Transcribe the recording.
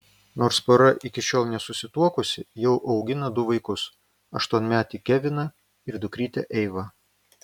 nors pora iki šiol nesusituokusi jau augina du vaikus aštuonmetį keviną ir dukrytę eivą